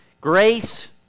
grace